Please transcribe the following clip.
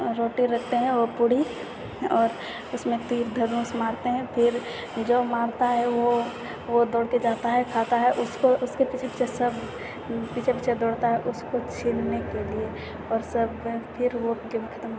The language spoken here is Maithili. रोटी रखते है ओ पूरी और उसमे तीर धनुष मारते हैं फिर जो मारता है वो दौड़के जाता है खाता है उसके पीछे पीछे सब पीछे पीछे दौड़ता है उसको छिननेके लिए और सब फिर ओ खेल खतम